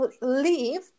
leave